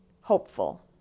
hopeful